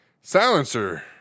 Silencer